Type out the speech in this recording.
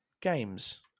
Games